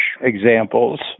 examples